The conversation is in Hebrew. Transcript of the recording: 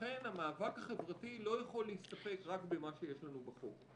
ולכן המאבק החברתי לא יכול להסתפק רק במה שיש לנו בחוק.